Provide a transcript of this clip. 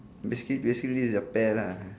basically basically this is a pair lah